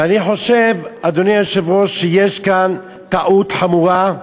ואני חושב, אדוני היושב-ראש, שיש כאן טעות חמורה,